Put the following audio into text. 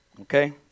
Okay